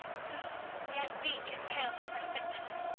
who, yet weak and pale from her sickness,